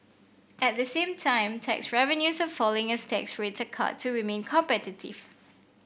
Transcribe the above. at the same time tax revenues are falling as tax rates are cut to remain competitive